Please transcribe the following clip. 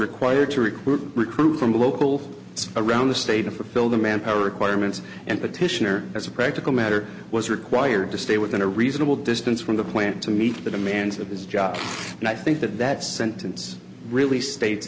required to require recruit from the local around the state for fill the manpower requirements and petitioner as a practical matter was required to stay within a reasonable distance from the plant to meet the demands of his job and i think that that sentence really states